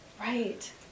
Right